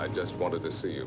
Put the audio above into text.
i just wanted to see